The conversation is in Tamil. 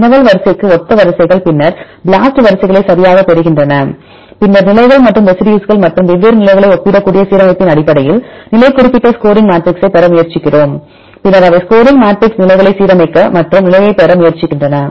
வினவல் வரிசைக்கு ஒத்த வரிசைகள் பின்னர் BLAST வரிசைகளை சரியாகப் பெறுகின்றன பின்னர் நிலைகள் மற்றும் ரெசிடியூஸ்கள் மற்றும் வெவ்வேறு நிலைகளை ஒப்பிடக்கூடிய சீரமைப்பின் அடிப்படையில் நிலை குறிப்பிட்ட ஸ்கோரிங் மேட்ரிக்ஸைப் பெற முயற்சிக்கிறோம் பின்னர் அவை ஸ்கோரிங் மேட்ரிக்ஸ் நிலைகளை சீரமைக்க மற்றும் நிலையைப் பெற முயற்சிக்கின்றன